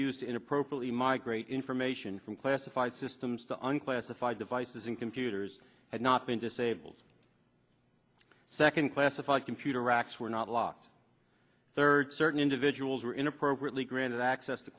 used inappropriately migrate information from classified systems to un classified devices and computers had not been disabled second classified computer racks were not locked third certain individuals were in appropriately granted access t